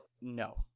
no